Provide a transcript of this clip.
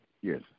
Yes